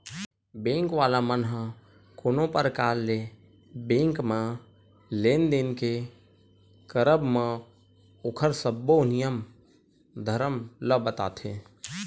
bank वाला मन ह कोनो परकार ले बेंक म लेन देन के करब म ओखर सब्बो नियम धरम ल बताथे